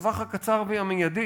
לטווח הקצר והמיידי,